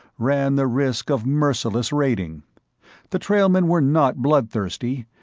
ran the risk of merciless raiding the trailmen were not bloodthirsty,